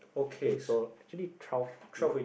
okay so actually twelve um